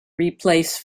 replace